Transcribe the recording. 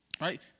right